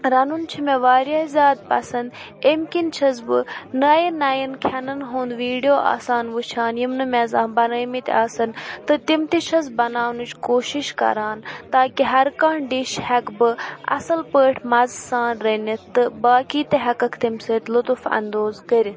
رَنُن چھِ مےٚ واریاہ زیادٕ پَسنٛد امہِ کِنۍ چھس بہٕ نَیہِ نَیَن کھٮ۪نَن ہُنٛد ویٖڈیو آسان وٕچھان یِم نہٕ مےٚ زانٛہہ بنٲومٕتۍ آسان تہٕ تِم تہِ چھس بَناونٕچ کوٗشِش کَران تاکہِ ہرکانٛہہ ڈِش ہٮ۪کہٕ بہٕ اَصٕل پٲٹھۍ مَزٕ سان رٔنِتھ تہٕ باقٕے تہٕ ہٮ۪کَکھ تَمہِ سۭتۍ لطف اندوز کٔرِتھ